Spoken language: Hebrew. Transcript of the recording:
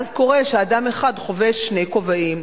ואז קורה שאדם אחד חובש שני כובעים,